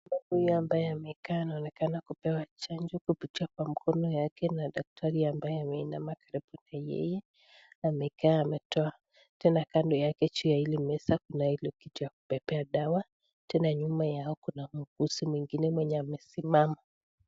Huyu ambaye amekaa anaonekana kupewa chanjo kupitia kwa mkono na daktari ambaye ameinama kwenye kiti, amekaa ametoa. Tena kando yake juu ya ile meza kuna ile kitu ya kubebea dawa, tena nyuma yake kuna muuguzi mwingine mwenye amesimama.